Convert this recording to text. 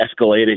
escalating